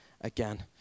again